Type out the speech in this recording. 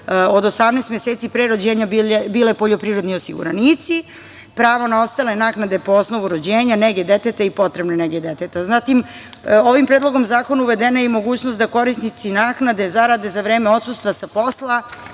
od 18 meseci, pre rođenja, bile poljoprivredni osiguranici, pravo na ostale naknade po osnovu rođenja, nege deteta i potrebne nege deteta. Zatim, ovim Predlogom zakona uvedena je mogućnost da korisnici naknade zarade za vreme odsustva sa posla